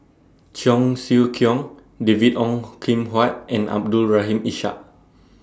Cheong Siew Keong David Ong Kim Huat and Abdul Rahim Ishak